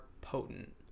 potent